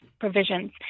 provisions